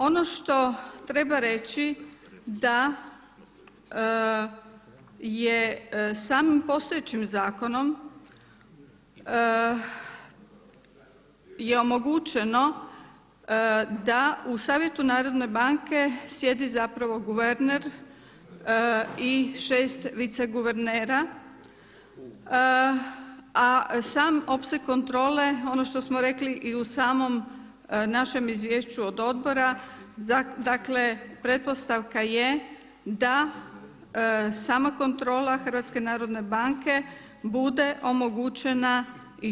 Ono što treba reći da je samim postojećim zakonom je omogućeno da u Savjetu Narodne banke sjedi zapravo guverner i šest viceguvernera, a sam opseg kontrole, ono što smo rekli i u samom našem izvješću od odbora, dakle pretpostavka je da sama kontrola HNB-a bude omogućena i šire.